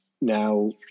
Now